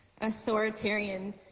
authoritarian